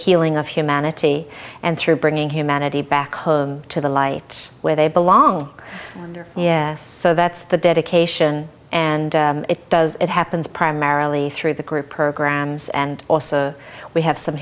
healing of humanity and through bringing humanity back home to the light where they belong yeah so that's the dedication and it does it happens primarily through the group programs and also we have some